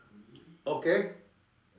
okay